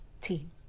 team